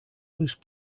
loose